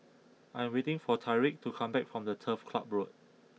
I am waiting for Tyreek to come back from Turf Club Road